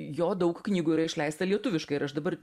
jo daug knygų yra išleista lietuviškai ir aš dabar